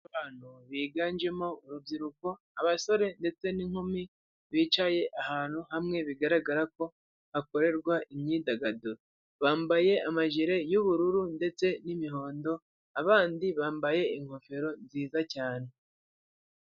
Biganjemo urubyiruko abasore ndetse n'inkumi, bicaye ahantu hamwe bigaragara ko hakorerwa imyidagaduro bambaye amajire yubururu ndetse n'imihondo abandi bambaye ingofero nziza cyane.